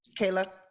Kayla